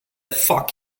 fuck